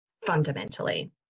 fundamentally